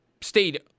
stayed